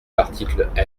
l’article